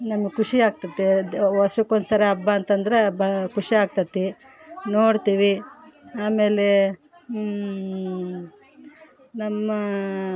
ನಮ್ಗೆ ಖುಷಿ ಆಗ್ತದೆ ವರ್ಷಕೊಂದುಸರಿ ಹಬ್ಬ ಅಂತಂದರೆ ಹಬ್ಬ ಖುಷಿ ಆಗ್ತದೆ ನೋಡ್ತಿವಿ ಆಮೇಲೆ ನಮ್ಮ